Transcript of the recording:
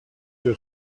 your